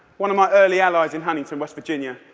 one of my early allies in huntington, west virginia.